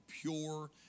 pure